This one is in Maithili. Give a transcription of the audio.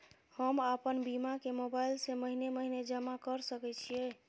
हम आपन बीमा के मोबाईल से महीने महीने जमा कर सके छिये?